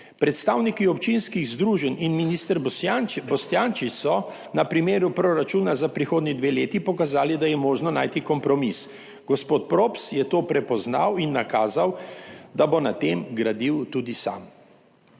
Predstavniki občinskih združenj in minister Boštjančič so na primeru proračuna za prihodnji dve leti pokazali, da je možno najti kompromis. Gospod Props je to prepoznal in nakazal, da bo na tem gradil tudi sam.